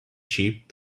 sheep